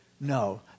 no